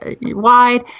Wide